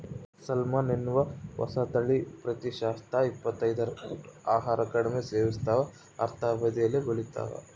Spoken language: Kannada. ಸಾಲ್ಮನ್ ಎನ್ನುವ ಹೊಸತಳಿ ಪ್ರತಿಶತ ಇಪ್ಪತ್ತೈದರಷ್ಟು ಆಹಾರ ಕಡಿಮೆ ಸೇವಿಸ್ತಾವ ಅರ್ಧ ಅವಧಿಯಲ್ಲೇ ಬೆಳಿತಾವ